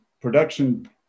production